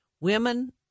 women